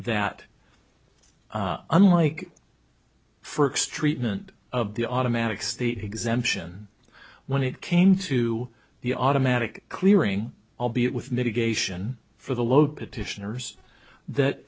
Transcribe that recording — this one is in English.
that unlike for streetman of the automatic state exemption when it came to the automatic clearing albeit with mitigation for the low petitioners that